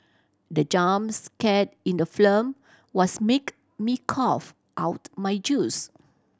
the jump scare in the film was make me cough out my juice